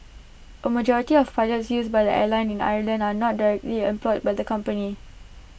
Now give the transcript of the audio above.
A majority of pilots used by the airline in the Ireland are not directly employed by the company